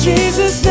Jesus